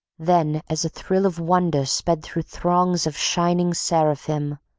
then, as a thrill of wonder sped through throngs of shining seraphim,